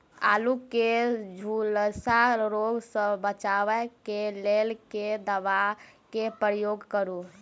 आलु केँ झुलसा रोग सऽ बचाब केँ लेल केँ दवा केँ प्रयोग करू?